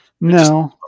No